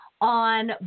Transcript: on